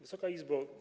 Wysoka Izbo!